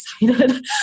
excited